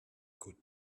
could